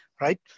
Right